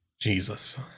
Jesus